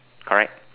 correct